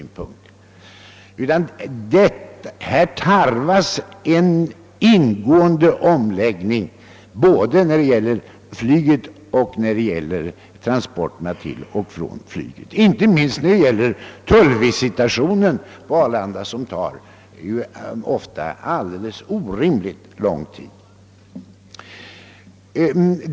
Här tarvas därför en ingående omprövning både när det gäller själva flyget och transporterna till och från flygplatsen, liksom inte minst tullvisitationen på Arlanda, som tar alldeles orimligt lång tid, behöver rationaliseras.